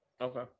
Okay